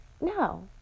no